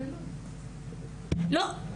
לא,